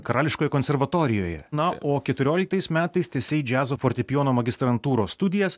karališkoj konservatorijoj na o keturioliktais metais tęsei džiazo fortepijono magistrantūros studijas